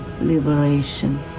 liberation